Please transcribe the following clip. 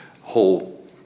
whole